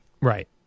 Right